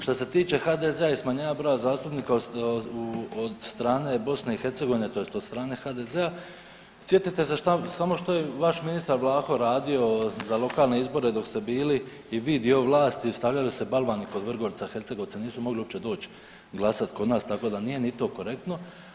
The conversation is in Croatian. Šta se tiče HDZ-a i smanjenja broja zastupnika od strane BiH tj. od strane HDZ-a sjetite se samo što je vaš ministar Vlaho radio za lokalne izbore dok ste bili i vi dio vlasti, stavljali ste balvane kod Vrgorca, hercegovci nisu mogli uopće doć glasat kod nas, tako da nije ni to korektno.